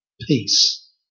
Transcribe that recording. peace